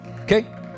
Okay